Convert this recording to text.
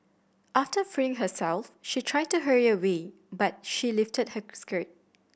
after freeing herself she tried to hurry away but he lifted her skirt